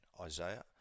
Isaiah